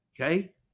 Okay